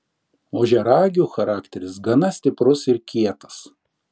ožiaragių charakteris gana stiprus ir kietas